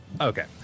Okay